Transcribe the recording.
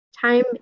Time